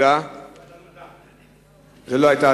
ועדת המדע.